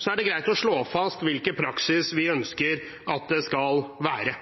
er det greit å slå fast hvilken praksis vi ønsker at det skal være.